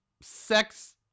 sex